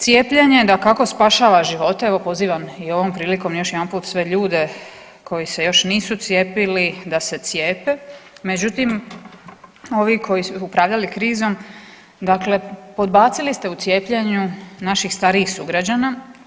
Cijepljenje dakako spašava živote, evo pozivam i ovom prilikom još jedanput sve ljude koji se još nisu cijepili da se cijepe, međutim ovi koji su upravljali krizom, dakle podbacili ste u cijepljenju naših starijih sugrađana.